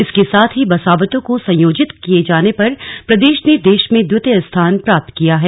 इसके साथ ही बसावटों को संयोजित किये जाने पर प्रदेश ने देश में द्वितीय स्थान प्राप्त किया है